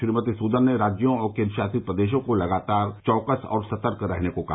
श्रीमती सुदन ने राज्यों और केंद्रशासित प्रदेशों को लगातार चौकस और सतर्क रहने को कहा